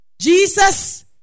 Jesus